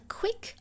quick